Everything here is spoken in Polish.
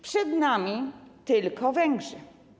Przed nami tylko Węgrzy.